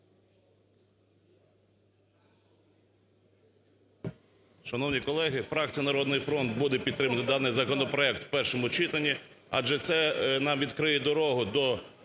Шановні колеги! Фракція "Народний фронт" буде підтримувати даний законопроект в першому читанні, адже це нам відкриє дорогу до